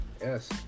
Yes